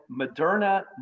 Moderna